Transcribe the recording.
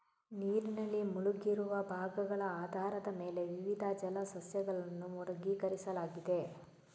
ನೀರಿನಲ್ಲಿ ಮುಳುಗಿರುವ ಭಾಗಗಳ ಆಧಾರದ ಮೇಲೆ ವಿವಿಧ ಜಲ ಸಸ್ಯಗಳನ್ನು ವರ್ಗೀಕರಿಸಲಾಗಿದೆ